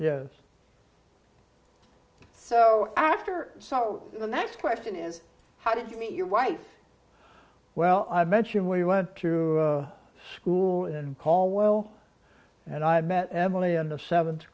yes so after so the next question is how did you meet your wife well i mentioned we went to school in call well and i met emily in the seventh